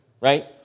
right